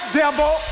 devil